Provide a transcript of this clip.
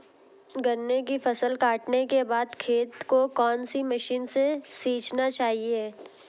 गन्ने की फसल काटने के बाद खेत को कौन सी मशीन से सींचना चाहिये?